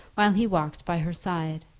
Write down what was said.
while he walked by her side,